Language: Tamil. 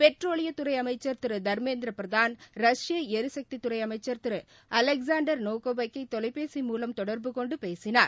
பெட்ரோலியத்துறை அமைச்சர் திரு தர்மேந்திர பிரதான் ரஷ்ய எரிசத்தி துறை அமைச்சர் திரு அலெக்சாண்டர் நோவேக்கை தொலைபேசி மூலம் தொடர்பு கொண்டு பேசினார்